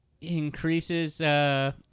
increases